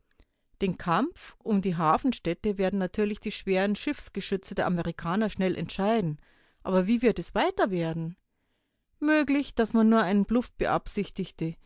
den kampf um die hafenstädte werden natürlich die schweren schiffsgeschütze der amerikaner schnell entscheiden aber wie wird es weiter werden möglich daß man nur einen bluff beabsichtigte